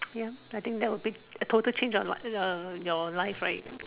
ya I think that would be a total change of uh your life right